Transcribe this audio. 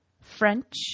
French